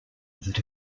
that